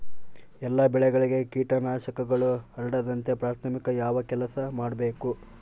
ಎಲ್ಲ ಬೆಳೆಗಳಿಗೆ ಕೇಟನಾಶಕಗಳು ಹರಡದಂತೆ ಪ್ರಾಥಮಿಕ ಯಾವ ಕೆಲಸ ಮಾಡಬೇಕು?